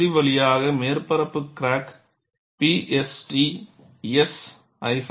இது பகுதி வழியாக மேற்பரப்பு crack P S T S L